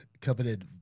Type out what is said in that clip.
coveted